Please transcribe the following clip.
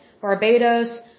Barbados